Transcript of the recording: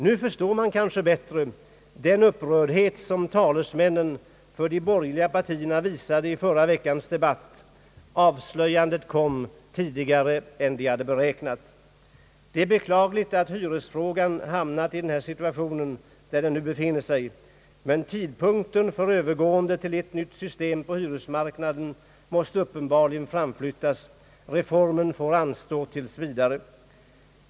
Nu förstår man kanske bättre den upprördhet som talesmännen för de borgerliga partierna visade i förra veckans debatt. Avslöjandet kom tidigare än de hade beräknat. Det är beklagligt att hyresfrågan hamnat i denna situation men tidpunkten för övergång till ett nytt system på hyresmarknaden måste uppenbarligen framflyttas. Reformen får anstå tills vidare.